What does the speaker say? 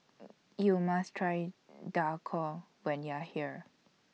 YOU must Try Dhokla when YOU Are here